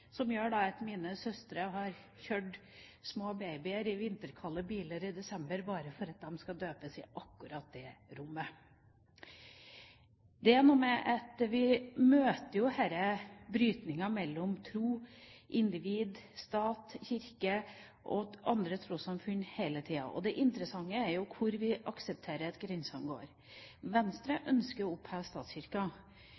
som gjør at mine søstre har kjørt små babyer i vinterkalde biler i desember bare for at de skal døpes i akkurat det rommet. Det er noe med at vi møter disse brytningene mellom tro, individ, stat, kirke og andre trossamfunn hele tida. Det interessante er jo hvor vi aksepterer at grensene går. Venstre